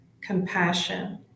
compassion